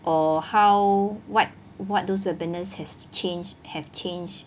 or how what what those webinars has change have changed